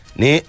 ni